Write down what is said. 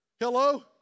hello